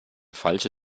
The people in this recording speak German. falsche